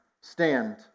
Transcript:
stand